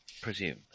presume